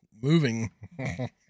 moving